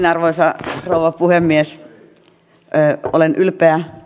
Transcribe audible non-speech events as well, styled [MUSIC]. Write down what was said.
[UNINTELLIGIBLE] arvoisa rouva puhemies olen ylpeä